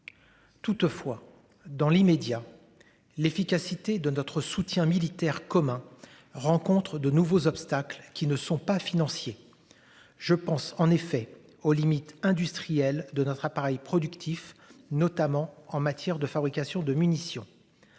Toutefois, dans l'immédiat l'efficacité de notre soutien militaire commun rencontrent de nouveaux obstacles qui ne sont pas financiers. Je pense en effet aux limites industrielles de notre appareil productif notamment en matière de fabrication de munitions.